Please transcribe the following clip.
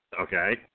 Okay